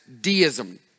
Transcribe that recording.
deism